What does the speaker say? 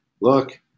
look